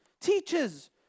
teaches